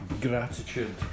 Gratitude